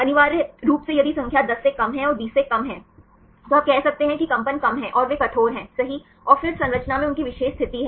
अनिवार्य रूप से यदि संख्या 10 से कम है और 20 से कम है तो आप कह सकते हैं कि कंपन कम है और वे कठोर हैं सही और फिर संरचना में उनकी विशेष स्थिति है